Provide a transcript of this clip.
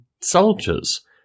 soldiers